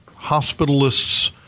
hospitalists